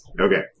Okay